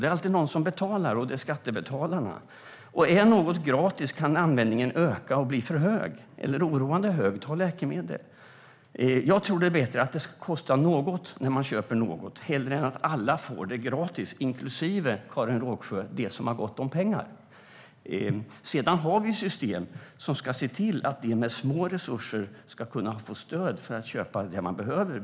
Det är alltid någon som betalar, och det är skattebetalarna. Är något gratis kan användningen öka och bli oroande hög. Det gäller till exempel läkemedel. Jag tror att det är bättre att det kostar något när man köper något än att alla får det gratis, inklusive, Karin Rågsjö, de som har gott om pengar. Vi har system som ska se till att de med små resurser ska kunna få stöd för att köpa det de behöver.